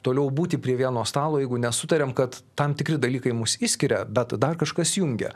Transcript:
toliau būti prie vieno stalo jeigu nesutariam kad tam tikri dalykai mus išskiria bet dar kažkas jungia